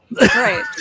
Right